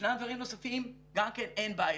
ישנם דברים נוספים, גם כן אין בעיה.